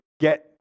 get